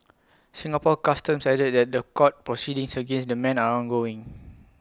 Singapore Customs added that court proceedings against the men are ongoing